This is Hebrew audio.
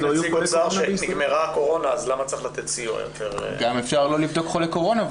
--- גם אפשר לא לבדוק חולי קורונה,